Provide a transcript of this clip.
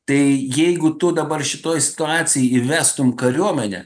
tai jeigu tu dabar šitoj situacijoj įvestum kariuomenę